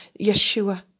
Yeshua